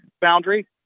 boundary